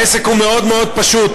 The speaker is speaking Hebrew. העסק הוא מאוד מאוד פשוט,